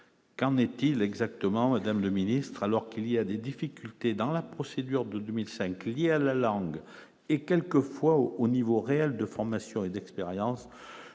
qu'en est-il exactement, Madame le ministre, alors qu'il y a des difficultés dans la procédure de 2005, liée à la langue et quelquefois au au niveau réel de formation et d'expérience,